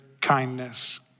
kindness